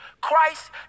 Christ